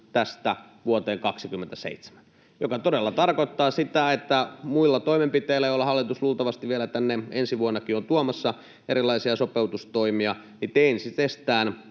tästä vuoteen 27, mikä todella tarkoittaa sitä, että muilla toimenpiteillä, joilla hallitus luultavasti vielä ensi vuonnakin on tuomassa tänne erilaisia sopeutustoimia, te kyllä